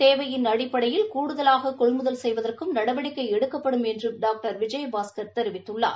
தேவையின் அடிப்படையில் கூடுதலாககொள்முதல் செய்வதற்கும் நடவடிக்கைஎடுக்கப்படும் என்றும் டாக்டர் விஜயபாஸ்கர் தெரிவித்துள்ளார்